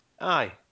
Aye